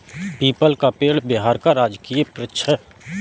people का पेड़ बिहार का राजकीय वृक्ष है